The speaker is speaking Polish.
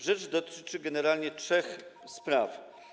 Rzecz dotyczy generalnie trzech spraw.